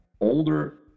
older